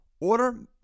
Order